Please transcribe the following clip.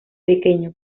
pequeño